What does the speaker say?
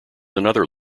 another